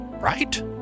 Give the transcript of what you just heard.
Right